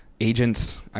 agents